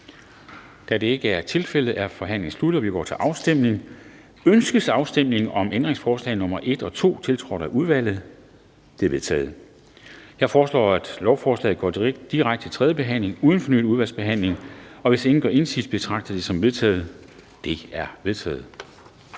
Kl. 10:05 Afstemning Formanden (Henrik Dam Kristensen): Ønskes afstemning om ændringsforslag nr. 1 og 2, tiltrådt af udvalget? De er vedtaget. Jeg foreslår, at lovforslaget går direkte til tredje behandling uden fornyet udvalgsbehandling. Hvis ingen gør indsigelse, betragter jeg det som vedtaget. Det er vedtaget.